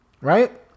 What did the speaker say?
right